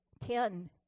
Ten